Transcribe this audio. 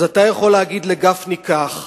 אז אתה יכול להגיד לגפני כך: